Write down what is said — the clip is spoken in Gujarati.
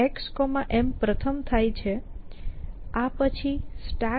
xM પ્રથમ થાય છે આ પછી StackN